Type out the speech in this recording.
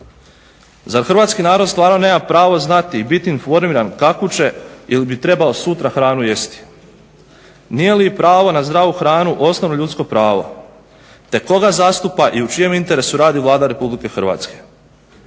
Zar hrvatski narod stvarno nema pravo znati i biti informiran kakvu će ili bi trebao sutra hranu jesti. Nije i pravo na zdravu hranu osnovno ljudsko pravo, te koga zastupa i u čijem interesu radi Vlada Republike Hrvatske?